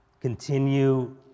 Continue